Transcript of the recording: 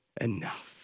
enough